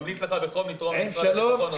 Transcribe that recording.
ממליץ לך בחום לתרום למשרד הביטחון.